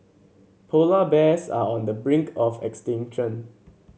polar bears are on the brink of extinction